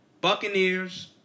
Buccaneers